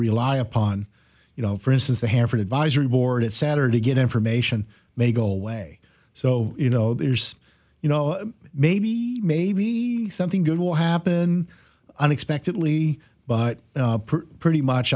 rely upon you know for instance the hanford advisory board at saturn to get information may go away so you know there's you know maybe maybe something good will happen unexpectedly but pretty much